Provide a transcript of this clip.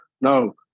No